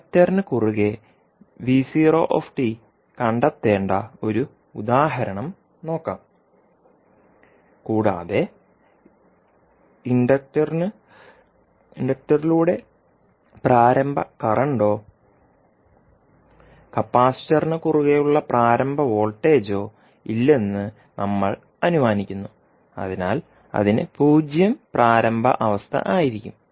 ഇൻഡക്റ്ററിന് കുറുകെ കണ്ടെത്തേണ്ട ഒരു ഉദാഹരണം നോക്കാം കൂടാതെ ഇൻഡക്റ്ററിലൂടെ പ്രാരംഭ കറന്റോ കപ്പാസിറ്ററിന് കുറുകെ ഉള്ള പ്രാരംഭ വോൾട്ടേജോ ഇല്ലെന്ന് നമ്മൾ അനുമാനിക്കുന്നു അതിനാൽ അതിന് 0 പ്രാരംഭ അവസ്ഥ ആയിരിക്കും